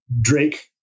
drake